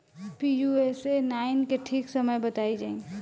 Pusa nine के ठीक समय बताई जाई?